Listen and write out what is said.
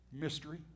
mystery